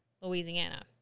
Louisiana